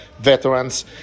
Veterans